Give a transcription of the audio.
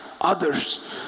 others